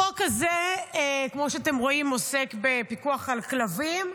החוק הזה, כמו שאתם רואים, עוסק בפיקוח על כלבים.